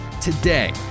Today